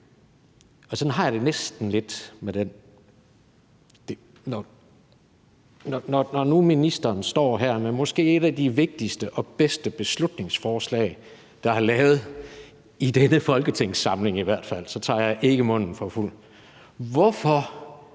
Sådan har jeg det næsten lidt, når nu ministeren står her med måske et af de vigtigste og bedste beslutningsforslag, der er lavet – i denne folketingssamling i hvert fald. Så tager jeg ikke munden for fuld. Hvorfor